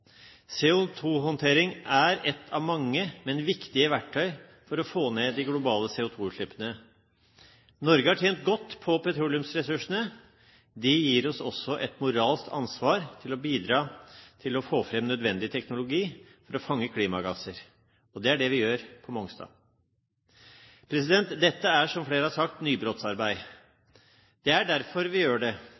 CO2-håndtering er et av mange, men viktige verktøy for å få ned de globale CO2 -utslippene. Norge har tjent godt på petroleumsressursene. Det gir oss også et moralsk ansvar for å bidra til å få fram nødvendig teknologi for å fange klimagasser. Det er det vi gjør på Mongstad. Dette er, som flere har sagt, nybrottsarbeid. Det er derfor vi gjør det.